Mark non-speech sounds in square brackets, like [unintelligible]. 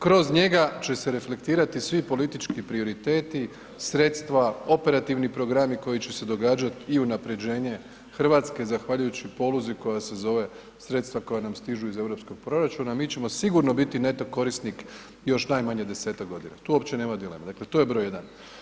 Kroz njega će se reflektirati svi politički prioriteti, sredstva, operativni programi koji će se događati i unaprjeđenje Hrvatske zahvaljujući poluzi koja se zove sredstva koja nam stižu iz europskog proračuna, mi ćemo sigurno biti ... [unintelligible] korisnik još najmanje 10-ak godina, tu uopće nema dileme, dakle to broj jedan.